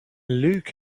luke